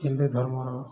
ହିନ୍ଦୁ ଧର୍ମର